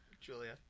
Julia